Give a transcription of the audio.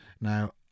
Now